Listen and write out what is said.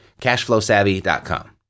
CashflowSavvy.com